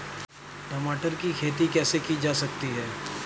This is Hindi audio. टमाटर की खेती कैसे की जा सकती है?